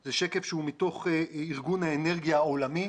זה שקף שהוא מתוך ארגון האנרגיה העולמי,